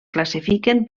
classifiquen